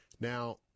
Now